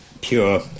pure